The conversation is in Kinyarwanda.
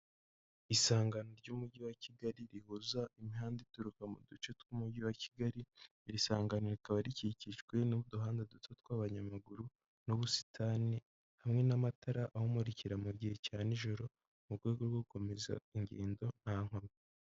Isangano ry'umujyi wa Kigali rihuza imihanda ituruka mu duce tw'umujyi wa Kigali, iri sangano rikaba rikikijwe n'uduhanda duto tw'abanyamaguru n'ubusitani hamwe n'amatara awumurikira mu gihe cya nijoro mu rwego rwo gukomeza ingendo nta nkomyi.